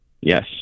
Yes